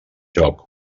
joc